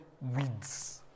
weeds